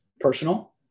Personal